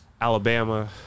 Alabama